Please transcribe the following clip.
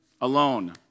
Alone